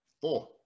four